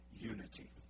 unity